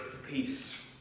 Peace